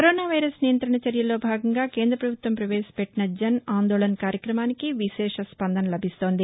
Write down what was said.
corona virus నియంతణ చర్యల్లో భాగంగా కేంద్రపభుత్వం పవేశపెట్టిన జన్ ఆందోళన్ కార్యక్రమానికి విశేష స్పందన లభిస్తోంది